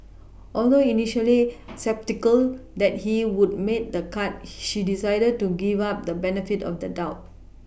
although initially sceptical that he would make the cut she decided to give up the benefit of the doubt